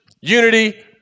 unity